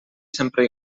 sempre